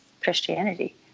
Christianity